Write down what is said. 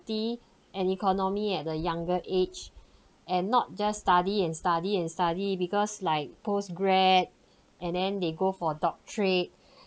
and economy at the younger age and not just study and study and study because like post grad and then they go for doctorate